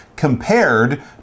compared